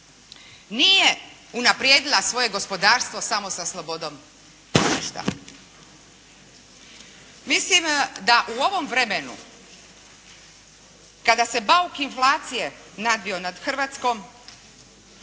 nije unaprijedila svoje gospodarstvo samo sa slobodom tržišta. Mislim da u ovom vremenu kada se bauk inflacije nadvio nad Hrvatskom,